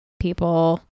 people